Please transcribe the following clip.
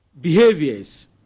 behaviors